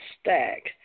stack